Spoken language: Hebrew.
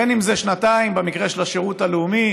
בין אם זה שנתיים במקרה של השירות הלאומי